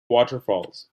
waterfalls